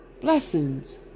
blessings